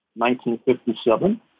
1957